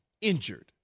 injured